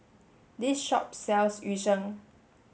this shop sells Yu Sheng